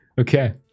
okay